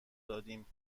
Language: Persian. دادیم